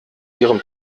ihrem